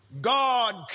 God